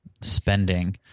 spending